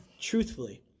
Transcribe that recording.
truthfully